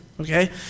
okay